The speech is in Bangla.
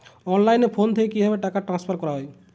অনলাইনে ফোন থেকে কিভাবে টাকা ট্রান্সফার করা হয়?